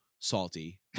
Salty